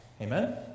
Amen